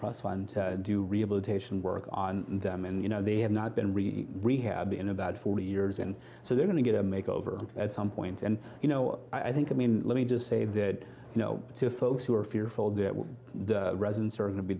trust fund do rehabilitation work on them and you know they have not been really rehab in about forty years and so they're going to get a make over at some point and you know i think i mean let me just say that you know to folks who are fearful that the residents are going to be